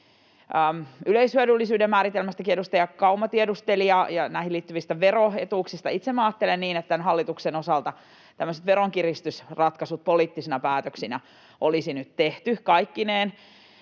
Yleishyödyllisyyden määritelmästäkin edustaja Kauma tiedusteli, ja näihin liittyvistä veroetuuksista. Itse minä ajattelen niin, että tämän hallituksen osalta tämmöiset veronkiristysratkaisut poliittisina päätöksinä olisi nyt kaikkineen